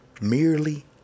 merely